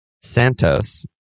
Santos